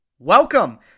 Welcome